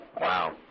Wow